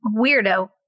weirdo